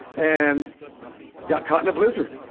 and got caught in a blizzard